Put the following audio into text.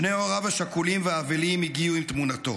שני הוריו השכולים והאבלים הגיעו עם תמונתו.